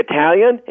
Italian